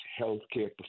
healthcare